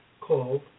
called